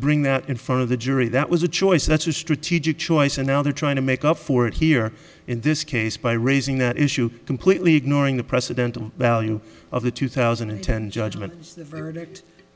bring that in front of the jury that was a choice that's a strategic choice and now they're trying to make up for it here in this case by raising that issue completely ignoring the president value of the two thousand and ten judgment